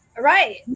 Right